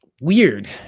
weird